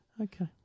Okay